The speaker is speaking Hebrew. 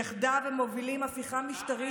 יחדיו הם מובילים הפיכה משטרית,